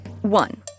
One